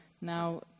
now